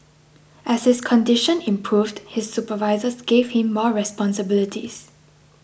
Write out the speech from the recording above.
as his condition improved his supervisors gave him more responsibilities